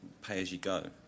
pay-as-you-go